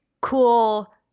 cool